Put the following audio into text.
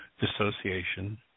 dissociation